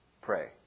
Pray